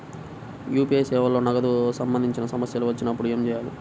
UPI సేవలలో నగదుకు సంబంధించిన సమస్యలు వచ్చినప్పుడు ఏమి చేయాలి?